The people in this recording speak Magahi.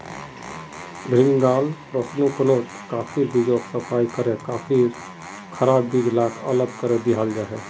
भीन्गाल प्रशंस्कर्नोत काफिर बीजोक सफाई करे काफिर खराब बीज लाक अलग करे दियाल जाहा